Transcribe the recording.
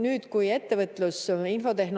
Nüüd, kui ettevõtlus- ja infotehnoloogiaminister